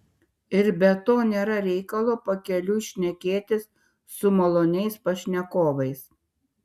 ir be to nėra reikalo pakeliui šnekėtis su maloniais pašnekovais